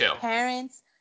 parents